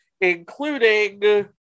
including